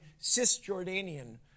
Cisjordanian